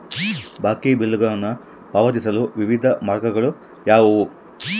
ಬಾಕಿ ಬಿಲ್ಗಳನ್ನು ಪಾವತಿಸಲು ವಿವಿಧ ಮಾರ್ಗಗಳು ಯಾವುವು?